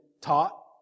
taught